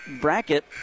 bracket